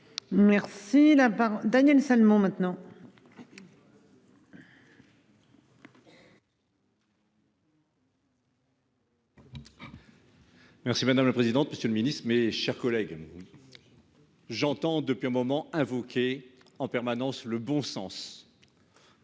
Merci madame la présidente. Monsieur le Ministre, mes chers collègues. J'entends depuis un moment, invoquer en permanence le bon sens.